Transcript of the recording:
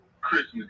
Christmas